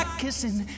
kissing